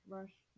Rush